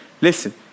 Listen